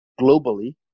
globally